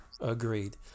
Agreed